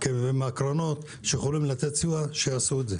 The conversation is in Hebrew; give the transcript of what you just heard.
ומהקרנות שיכולות לתת סיוע, שיעשו את זה.